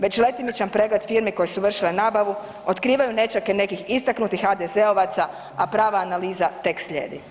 Već letimičan pregled firme koje su vršile nabavu, otkrivaju nećake nekih istaknutih HDZ-ovaca a prava analiza tek slijedi.